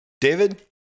David